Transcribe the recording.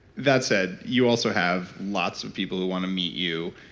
that said you also have lots of people who want to meet you.